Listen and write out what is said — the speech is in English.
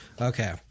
Okay